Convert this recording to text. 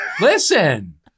Listen